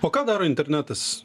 o ką daro internetas